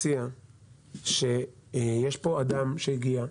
יש פה אדם שהגיע,